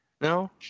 No